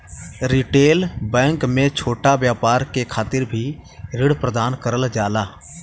retail bank में छोटा व्यापार के खातिर भी ऋण प्रदान करल जाला